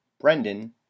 brendan